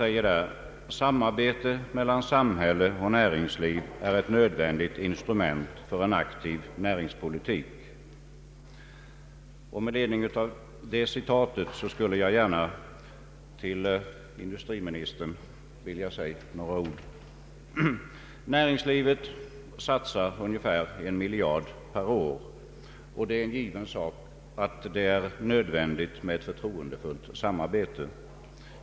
Det heter där: ”Samarbete mellan samhälle och näringsliv är ett nödvändigt instrument för en aktiv näringspolitik.” Med ledning av detta citat skulle jag gärna vilja till industriministern säga några ord. Näringslivet satsar ungefär en miljard kronor per år. Det är en given sak att det är nödvändigt med ett förtroendefullt samarbete.